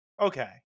Okay